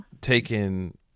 taking